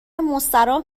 مستراح